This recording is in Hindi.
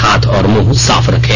हाथ और मुंह साफ रखें